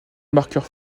marqueur